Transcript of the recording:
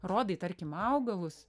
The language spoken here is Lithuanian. rodai tarkim augalus